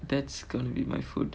that's gonna be my food